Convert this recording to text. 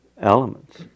elements